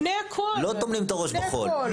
לא טומנים את הראש בחול,